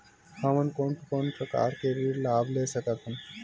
हमन कोन कोन प्रकार के ऋण लाभ ले सकत हन?